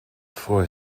vroor